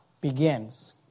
begins